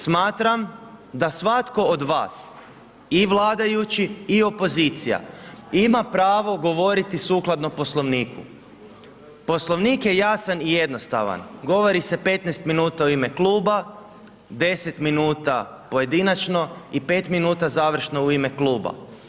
Smatram da svatko od vas i vladajući i opozicija ima pravo govoriti sukladno Poslovniku, Poslovnik je jasan i jednostavan, govori se 15 minuta u ime kluba, 10 minuta pojedinačno i 5 minuta završno u ime kluba.